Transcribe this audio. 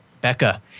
Becca